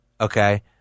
Okay